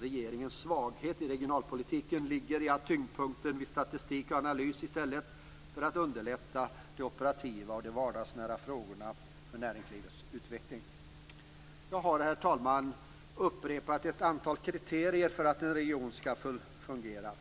Regeringens svaghet i regionalpolitiken ligger i att tyngdpunkten läggs vid statistik och analys i stället för att underlätta de operativa och de vardagsnära frågorna för näringslivets utveckling. Jag har, herr talman, upprepat ett antal kriterier för att en region skall fungera